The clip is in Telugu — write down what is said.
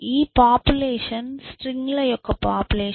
ఈ పాపులేషన్ స్ట్రింగ్ ల యొక్క పాపులేషన్